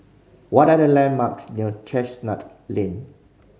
what are the landmarks near Chestnut Lane